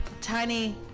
Tiny